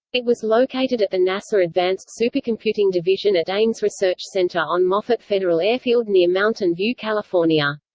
it was located at the nasa advanced supercomputing division at ames research center on moffett federal airfield near mountain view, california.